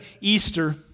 Easter